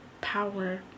power